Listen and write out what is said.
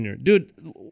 Dude